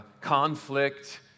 conflict